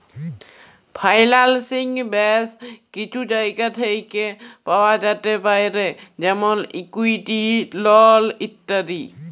ফাইলালসিং ব্যাশ কিছু জায়গা থ্যাকে পাওয়া যাতে পারে যেমল ইকুইটি, লল ইত্যাদি